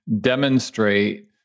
demonstrate